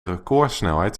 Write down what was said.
recordsnelheid